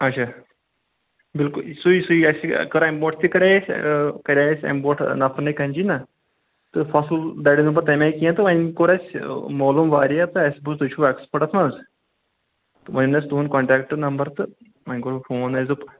اچھا بالکل صحیح صحیح اَسہِ کٔر امہِ برونٛٹھ تہِ کَرے اَسہِ کَرے اَسہِ امہِ برونٛٹھ نَفرن أکۍ کینچی نا تہٕ فصل دَریو نہٕ پتہٕ تمہِ آے کینٛہہ تہٕ وۄنۍ کوٚر اَسہِ مولوٗم واریاہ تہٕ اسہِ بوٗز تُہۍ چھو ایکٕسپٲٹ اتھ منٛز وۄنۍ اوٚن اسہِ تُہُند کَنٹیکٹ نمبر تہٕ وۄنۍ کوٚرو فون اسہِ دوٚپ